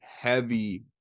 heavy